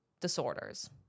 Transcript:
disorders